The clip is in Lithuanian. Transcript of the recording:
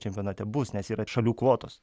čempionate bus nes yra šalių kvotos